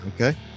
okay